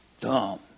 dumb